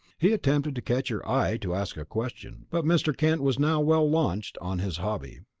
he attempted to catch her eye to ask a question, but mr. kent was now well launched on his hobby.